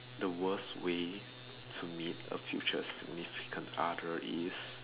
the worst way to meet a future significant other is